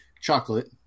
chocolate